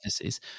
businesses